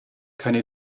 keine